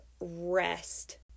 rest